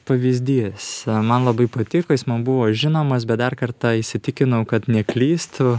pavyzdys man labai patiko jis man buvo žinomas bet dar kartą įsitikinau kad neklystu